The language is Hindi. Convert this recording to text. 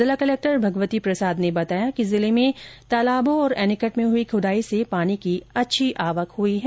सिरोही के जिला कलेक्टर भगवती प्रसाद ने बताया कि सिरोही जिले में तालाबों और एनीकट में हुई खुदाई से पानी की अच्छी आवक हुई है